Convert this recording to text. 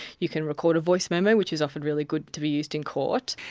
you can record a voice memo, which is often really good to be used in court.